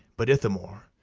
but, ithamore,